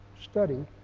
study